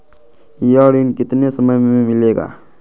यह ऋण कितने समय मे मिलेगा?